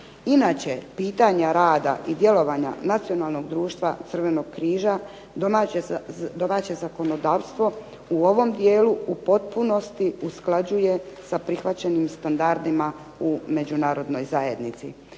Inače pitanje rada i djelovanja nacionalnog društva Crvenog križa domaće zakonodavstvo u ovom dijelu u potpunosti usklađuje sa prihvaćenim standardima u Međunarodnoj zajednici.